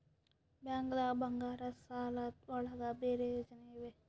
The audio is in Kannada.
ಬ್ಯಾಂಕ್ದಾಗ ಬಂಗಾರದ್ ಸಾಲದ್ ಒಳಗ್ ಬೇರೆ ಯೋಜನೆ ಇವೆ?